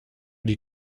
die